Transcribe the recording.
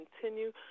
continue